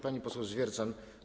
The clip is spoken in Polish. Pani poseł Zwiercan.